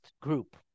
group